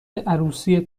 عروسی